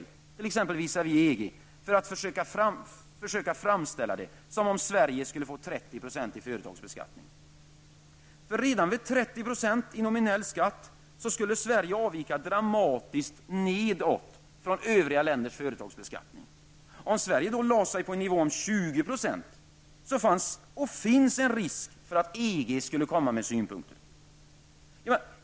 Det handlar då om t.ex. kravet på att visavi EG försöka framställa det hela så, att Sverige skulle få 30 % företagsskatt. Redan vid 30 % i nominell skatt skulle Sverige avvika dramatiskt neråt från övriga länders företagsbeskattning. Om vi i Sverige då skulle lägga oss på en nivå om 20 % skulle det finnas en risk för att EG kom med synpunkter.